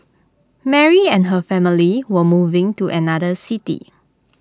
Mary and her family were moving to another city